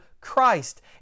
Christ